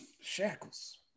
Shackles